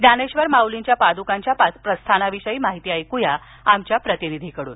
ज्ञानेश्वर माउलींच्या पाद्कांच्या प्रस्थानाविषयी माहिती ऐक्या आमच्या प्रतिनिधींकडून